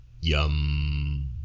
Yum